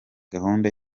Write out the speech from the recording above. gahunda